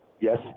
Yes